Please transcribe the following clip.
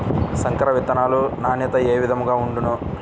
సంకర విత్తనాల నాణ్యత ఏ విధముగా ఉండును?